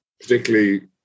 particularly